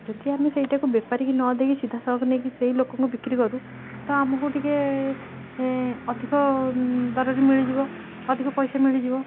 ଯଦି ଆମେ ସେଇଟାକୁ ବେପାରୀକୁ ନଦେଇକି ସିଧାସଳଖ ନେଇକି ସେଇ ଲୋକଙ୍କୁ ବିକ୍ରି କରୁ ତ ଆମକୁ ଟିକେ ଅଧିକ ଦରରେ ମିଳିଯିବ ଅଧିକ ପଇସା ମିଳିଯିବ